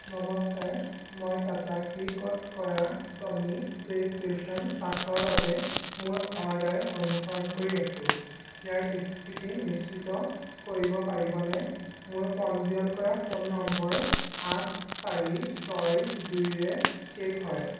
নমস্কাৰ মই টাটা ক্লিকত কৰা ছনী প্লে'ষ্টেচন পাঁচৰ বাবে মোৰ অৰ্ডাৰ অনুসৰণ কৰি আছোঁ ইয়াৰ স্থিতি নিশ্চিত কৰিব পাৰিবনে মোৰ পঞ্জীয়ন কৰা ফোন নম্বৰ আঠ চাৰি ছয় দুইৰে শেষ হয়